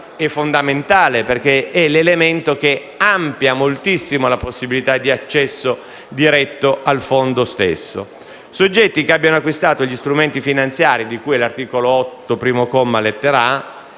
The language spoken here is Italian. è fondamentale perché è l'elemento che amplia moltissimo la possibilità di accesso diretto al fondo stesso: soggetti che abbiano acquistato strumenti finanziari di cui all'articolo 8, primo comma, lettera